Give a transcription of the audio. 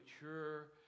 mature